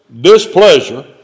displeasure